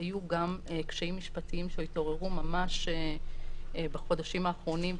היו גם קשיים משפטיים שהתעוררו ממש בחודשים האחרונים.